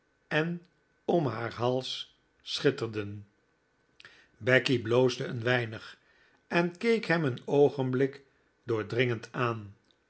en om haar hals schitterden becky bloosde een weinig en keek hem een oogenblik doordringend aan